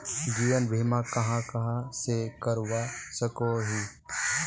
जीवन बीमा कहाँ कहाँ से करवा सकोहो ही?